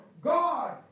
God